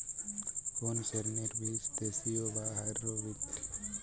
কোন শ্রেণীর বীজ দেশী না হাইব্রিড?